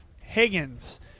Higgins